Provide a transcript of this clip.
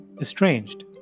estranged